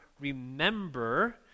remember